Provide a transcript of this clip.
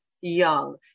young